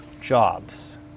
jobs